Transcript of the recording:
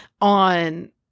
on